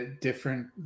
different